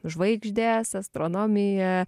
žvaigždės astronomija